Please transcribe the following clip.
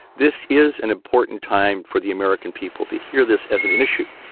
this is an important time for the american people to hear this as an issue.